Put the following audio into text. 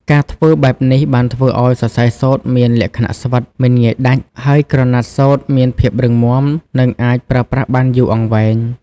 ការធ្វើបែបនេះ បានធ្វើឱ្យសរសៃសូត្រមានលក្ខណៈស្វិត មិនងាយដាច់ ហើយក្រណាត់សូត្រមានភាពរឹងមាំនិងអាចប្រើប្រាស់បានយូរអង្វែង។